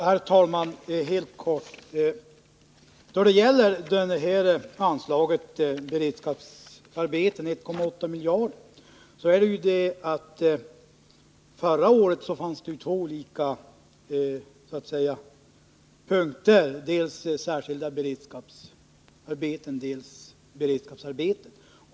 Herr talman! Helt kort: Anslaget till beredskapsarbeten är nu 1,8 miljarder. Förra året fanns det så att säga två olika punkter: dels särskilda beredskapsarbeten, dels beredskapsarbeten.